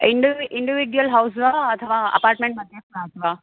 इण्डूव् individual house वा अथवा apartment मध्ये फ़्लाट् वा